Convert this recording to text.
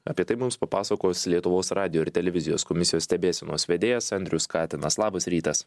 apie tai mums papasakos lietuvos radijo ir televizijos komisijos stebėsenos vedėjas andrius katinas labas rytas